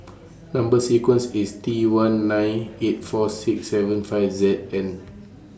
Number sequence IS T one nine eight four six seven five Z and